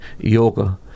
yoga